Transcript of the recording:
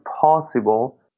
possible